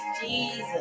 Jesus